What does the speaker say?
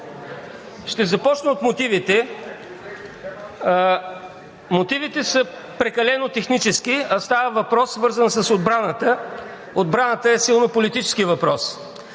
Ще започна от мотивите. Мотивите са прекалено технически, а става въпрос, свързан с отбраната. Отбраната е силно политически въпрос.